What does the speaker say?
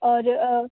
और